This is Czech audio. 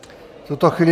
V tuto chvíli...